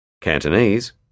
Cantonese